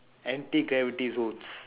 anti-gravity zones